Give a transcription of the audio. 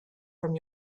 from